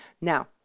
now